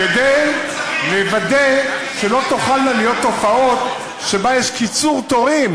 כדי לוודא שלא תוכלנה להיות תופעות של קיצור תורים